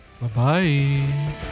Bye-bye